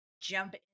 jump